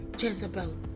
Jezebel